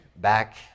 back